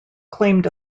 claimed